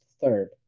third